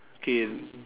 K